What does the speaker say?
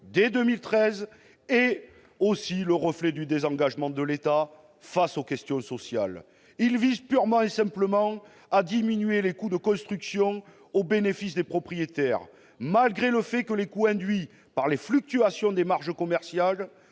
dès 2013. Il est le reflet du désengagement de l'État face aux questions sociales. Il vise en effet, purement et simplement, à diminuer les coûts de construction au bénéfice des propriétaires, et ce bien que les coûts induits par les fluctuations des marges commerciales-